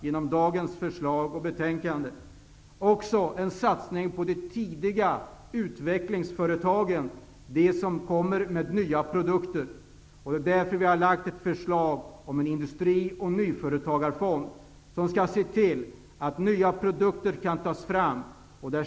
Genom dagens förslag gör vi också en satsning på de tidiga utvecklingsföretagen, de som kommer med nya produkter. Vi har lagt fram förslag om en industrioch nyföretagarfond, som skall se till att nya produkter kan tas fram.